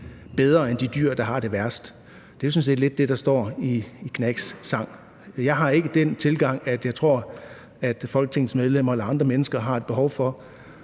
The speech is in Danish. bedre end de dyr, der har det værst. Det er jo sådan set lidt det, der står i Gnags' sang. Jeg har ikke den tilgang, at jeg tror, at Folketingets medlemmer eller andre mennesker har et behov for